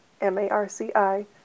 M-A-R-C-I